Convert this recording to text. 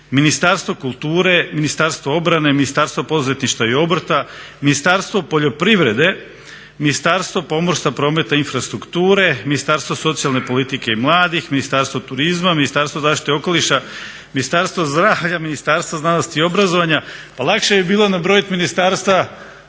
Ministarstvo kulture, Ministarstvo obrane, Ministarstvo poduzetništva i obrta, Ministarstvo poljoprivrede, Ministarstvo pomorstva, prometa i infrastrukture, Ministarstvo socijalne politike i mladih, Ministarstvo turizma, Ministarstvo zaštite okoliša, Ministarstvo zdravlja, Ministarstvo znanosti i obrazovanja. Lakše bi bilo nabrojati ministarstva